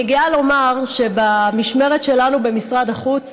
אני גאה לומר שבמשמרת שלנו במשרד החוץ